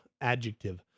adjective